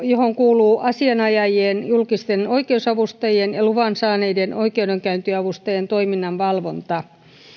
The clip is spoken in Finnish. johon kuuluu asianajajien julkisten oikeusavustajien ja luvan saaneiden oikeudenkäyntiavustajien toiminnan valvonta